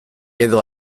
edo